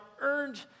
earned